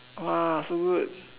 !wah! so good